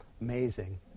amazing